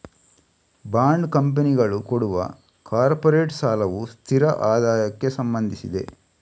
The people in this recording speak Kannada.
ಬಾಂಡ್ ಕಂಪನಿಗಳು ಕೊಡುವ ಕಾರ್ಪೊರೇಟ್ ಸಾಲವು ಸ್ಥಿರ ಆದಾಯಕ್ಕೆ ಸಂಬಂಧಿಸಿದೆ